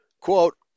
Quote